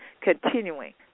continuing